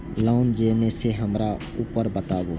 Loan जे भी छे हमरा ऊपर बताबू?